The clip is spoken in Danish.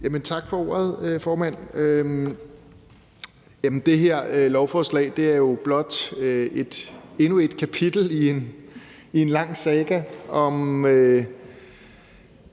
Tak for ordet, formand. Det her lovforslag er jo blot endnu et kapitel i en lang saga om